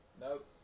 Nope